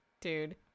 dude